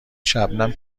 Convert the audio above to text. شبنم